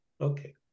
Okay